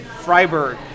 Freiburg